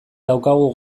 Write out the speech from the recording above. daukagu